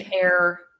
air